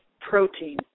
protein